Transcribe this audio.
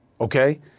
okay